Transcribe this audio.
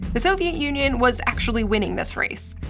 the soviet union was actually winning this race.